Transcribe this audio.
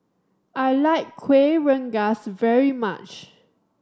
I like Kueh Rengas very much